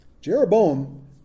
Jeroboam